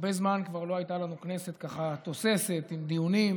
הרבה זמן כבר לא הייתה לנו כנסת ככה תוססת עם דיונים,